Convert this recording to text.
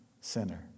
sinner